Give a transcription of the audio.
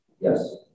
Yes